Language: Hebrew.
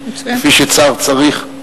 כפי ששר צריך.